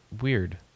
weird